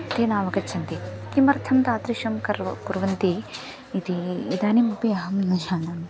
ते नावगच्छन्ति किमर्थं तादृशं कुरु कुर्वन्ति इति इदानीमपि अहं न जानामि